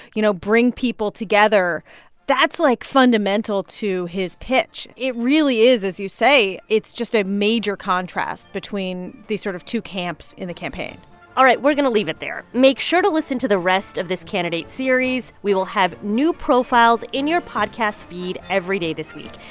you know, bring people together that's, like, fundamental to his pitch. it really is, as you say it's just a major contrast between these sort of two camps in the campaign all right. we're going to leave it there. make sure to listen to the rest of this candidate series. we will have new profiles in your podcast feed every day this week.